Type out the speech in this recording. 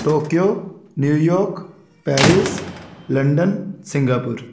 Tokyo New York Paris London Singapore